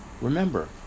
Remember